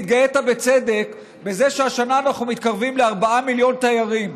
התגאית בצדק בזה שהשנה אנחנו מתקרבים ל-4 מיליון תיירים.